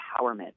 empowerment